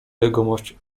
jegomość